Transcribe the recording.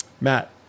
Matt